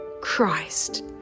Christ